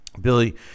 Billy